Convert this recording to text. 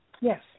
Yes